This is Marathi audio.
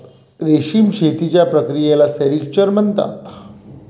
रेशीम शेतीच्या प्रक्रियेला सेरिक्चर म्हणतात